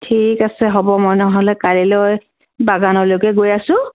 ঠিক আছে হ'ব মই নহ'লে কালিলৈ বাগানলৈকে গৈ আছো